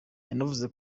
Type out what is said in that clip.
yanavuze